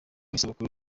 isabukuru